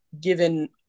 given